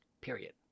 Period